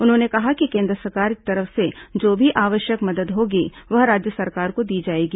उन्होंने कहा कि केन्द्र सरकार की तरफ से जो भी आवश्यक मदद होगी वह राज्य सरकार को दी जाएगी